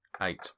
eight